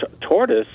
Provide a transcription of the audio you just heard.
tortoise